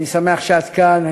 אני שמח שאת כאן,